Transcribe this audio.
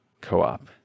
co-op